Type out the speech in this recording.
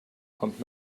kommt